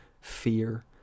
fear